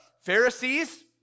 Pharisees